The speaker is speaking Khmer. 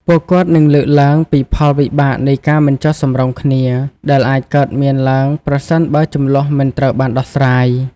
ពួកគាត់នឹងលើកឡើងពីផលវិបាកនៃការមិនចុះសម្រុងគ្នា ដែលអាចកើតមានឡើងប្រសិនបើជម្លោះមិនត្រូវបានដោះស្រាយ។